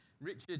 Richard